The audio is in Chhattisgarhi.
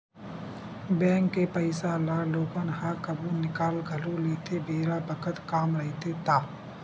बेंक के पइसा ल लोगन ह कभु निकाल घलो लेथे बेरा बखत काम रहिथे ता